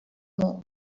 more